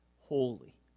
holy